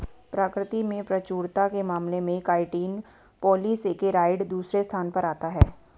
प्रकृति में प्रचुरता के मामले में काइटिन पॉलीसेकेराइड दूसरे स्थान पर आता है